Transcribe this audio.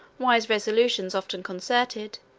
wise resolutions often concerted,